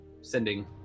sending